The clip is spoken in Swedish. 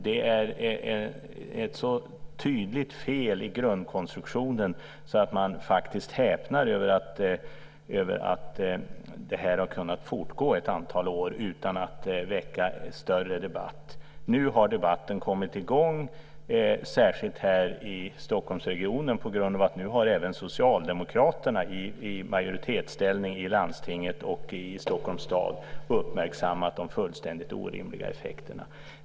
Det är ett så tydligt fel i grundkonstruktionen så att man häpnar över att det här har kunnat fortgå ett antal år utan att väcka större debatt. Nu har debatten kommit igång, särskilt här i Stockholmsregionen, på grund av att även socialdemokraterna i majoritetsställning i landstinget och i Stockholms stad har uppmärksammat de fullständigt orimliga effekterna.